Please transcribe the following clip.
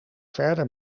verder